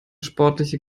sportliche